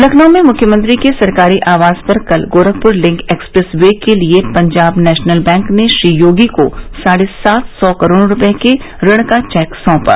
लखनऊ में मुख्यमंत्री के सरकारी आवास पर कल गोरखपुर लिंक एक्सप्रेव वे के लिये पंजाब नेशनल बैंक ने श्री योगी को साढ़े सात सौ करोड़ रूपये के ऋण का चेक सौंपा